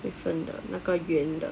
different 的那个圆的